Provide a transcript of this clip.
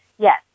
Yes